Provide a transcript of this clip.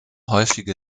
häufige